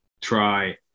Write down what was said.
try